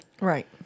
Right